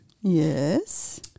Yes